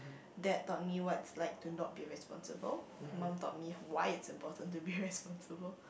dad taught me what's like to not be responsible mum taught me why is important to be responsible